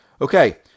Okay